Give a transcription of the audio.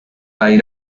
dai